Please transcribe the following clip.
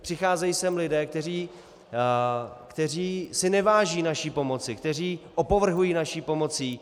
Přicházejí sem lidé, kteří si neváží naší pomoci, kteří opovrhují naší pomocí.